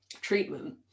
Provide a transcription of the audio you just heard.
treatment